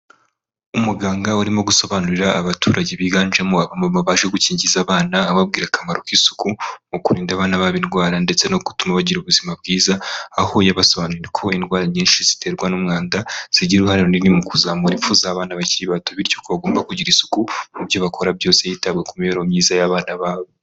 Umuganga urimo gusobanurira abaturage biganjemo gukingiza abana ababwira akamaro k'isuku mu kurinda abana babirwara ndetse no gutuma bagira ubuzima bwiza aho yabasobanuriye ko indwara nyinshi ziterwa n'umwanda zigira uruhare runini mu kuzamura impfu abana bakiri bato bityo bagomba kugira isuku mu byo bakora byose yitabwa ku mibereho myiza y'abana babo.